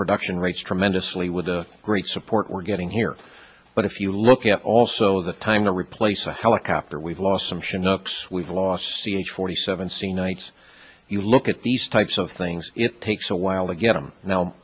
production rates tremendously with the great support we're getting here but if you look at also the time to replace a helicopter we've lost some ssion ups we've lost c h forty seven sea nights you look at these types of things it takes a while to get them now